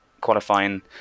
qualifying